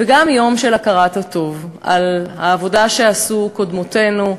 וגם יום של הכרת הטוב על העבודה שעשו קודמותינו,